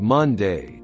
Monday